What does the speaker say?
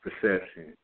perception